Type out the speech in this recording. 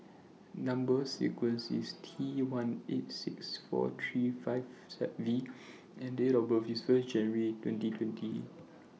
Number sequence IS T one eight six four three five V and Date of birth IS First January twenty twenty